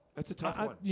that's a time,